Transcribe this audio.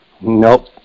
Nope